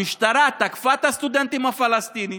המשטרה תקפה את הסטודנטים הפלסטינים,